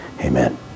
Amen